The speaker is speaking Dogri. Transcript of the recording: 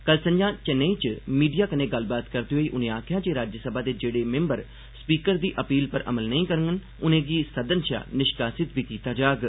कल संझां चेन्नई च मीडिया कन्नै गल्लबात करदे होई उनें आखेआ जे राज्यसभा दे जेहड़े सदस्य स्पीकर दी अपील पर अमल नेई करड़न उनें'गी सदन शा निष्कासित बी कीता जाग